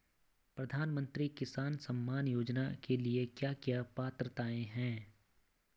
प्रधानमंत्री किसान सम्मान योजना के लिए क्या क्या पात्रताऐं हैं?